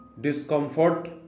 discomfort